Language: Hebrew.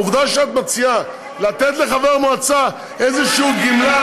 העובדה שאת מציעה לתת לחבר מועצה איזושהי גמלה,